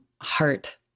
heart